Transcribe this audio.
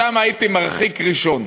אותם הייתי מרחיק ראשון.